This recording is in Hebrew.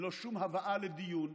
לא שום הבאה לדיון,